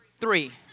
three